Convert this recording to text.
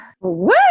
Woo